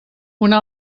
una